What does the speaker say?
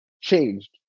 changed